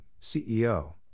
CEO